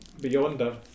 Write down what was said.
Beyonder